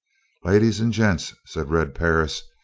ladies and gents, said red perris,